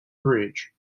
bridge